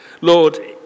Lord